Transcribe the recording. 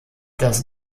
das